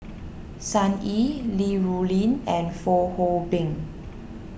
Sun Yee Li Rulin and Fong Hoe Beng